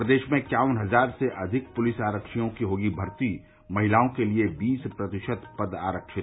प्रदेश में इक्यावन हजार से अधिक पुलिस आरक्षियों की होगी भर्ती महिलाओं के लिए बीस प्रतिशत पद आरक्षित